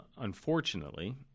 unfortunately